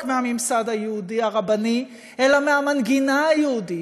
מהממסד היהודי הרבני אלא מהמנגינה היהודית,